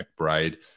McBride